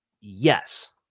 Yes